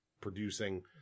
producing